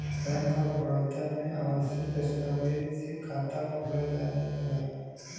bank of Baroda में आवश्यक दस्तावेज से खाता खोलल जा सकला